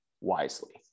wisely